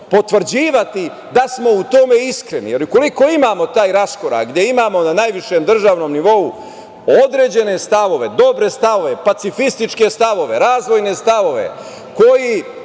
potvrđivati da smo u tome iskreni, jer ukoliko imamo taj raskorak gde imamo na najvišem državnom nivou određene stavove, dobre stavove, pacifističke stavove, razvojne stavove, koji